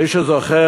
מי שזוכר,